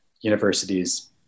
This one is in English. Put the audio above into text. universities